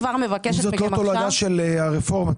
זאת לא תולדה של הרפורמה.